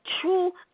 true